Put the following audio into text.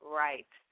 right